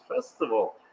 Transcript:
Festival